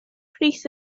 pris